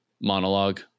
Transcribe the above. monologue